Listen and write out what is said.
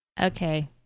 Okay